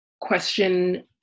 question